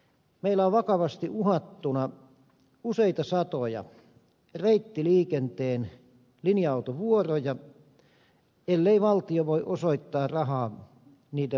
meillä on vakavasti uhattuna useita satoja reittiliikenteen linja autovuoroja ellei valtio voi osoittaa rahaa niiden ostoon